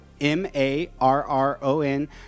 m-a-r-r-o-n